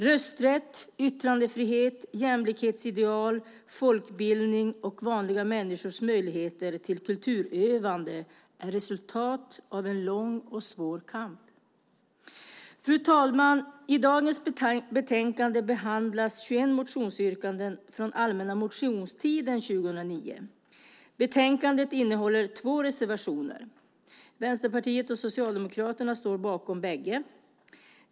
Rösträtt, yttrandefrihet, jämlikhetsideal, folkbildning och vanliga människors möjligheter till kulturutövande är resultat av en lång och svår kamp. Fru talman! I dagens betänkande behandlas 21 motionsyrkanden från allmänna motionstiden 2009. Betänkandet innehåller två reservationer. Vänsterpartiet och Socialdemokraterna står bakom bägge.